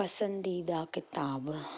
पसंदीदा किताब